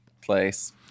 place